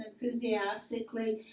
enthusiastically